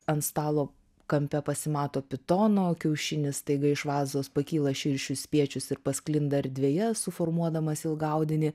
ant stalo kampe pasimato pitono kiaušinis staiga iš vazos pakyla širšių spiečius ir pasklinda erdvėje suformuodamas ilgą audinį